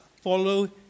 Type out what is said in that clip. follow